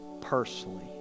personally